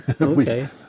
okay